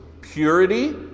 purity